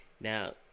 Now